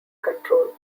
control